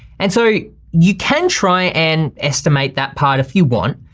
and so you can try and estimate that part if you want,